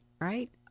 right